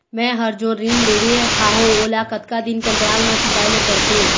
मैं हर जोन ऋण लेहे हाओ ओला कतका दिन के अंतराल मा चुकाए ले पड़ते?